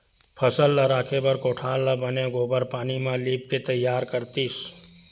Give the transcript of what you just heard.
फसल ल राखे बर कोठार ल बने गोबार पानी म लिपके तइयार करतिस